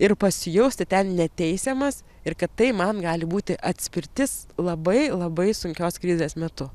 ir pasijausti ten neteisiamas ir kad tai man gali būti atspirtis labai labai sunkios krizės metu